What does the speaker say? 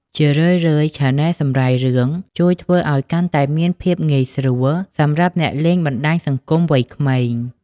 ជារឿយៗ ឆាណែលសម្រាយរឿង ជួយធ្វើឱ្យកាន់តែមានភាពងាយស្រួលសម្រាប់អ្នកលេងបណ្ដាញសង្គមវ័យក្មេង។